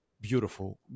beautiful